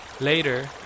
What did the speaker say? Later